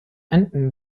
enden